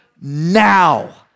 now